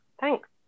Thanks